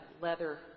leather